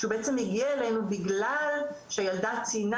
שהוא בעצם הגיע אלינו בגלל שהילדה ציינה